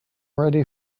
ready